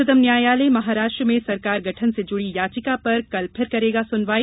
उच्चतम न्यायालय महाराष्ट्र में सरकार गठन से जुड़ी याचिका पर कल फिर करेगा सुनवाई